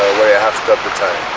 where i have stopped the time